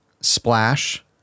Splash